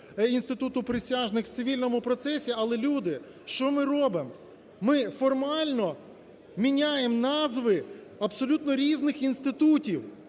Інституту присяжних в цивільному процесі. Але, люди, що ми робимо? Ми формально міняємо назви абсолютно різних інститутів,